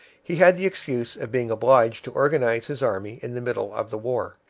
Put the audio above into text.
he had the excuse of being obliged to organize his army in the middle of the war.